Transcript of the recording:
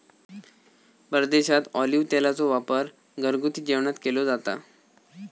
परदेशात ऑलिव्ह तेलाचो वापर घरगुती जेवणात केलो जाता